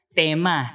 tema